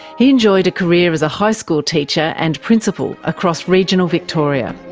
he enjoyed a career as a high school teacher and principal across regional victoria.